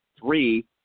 three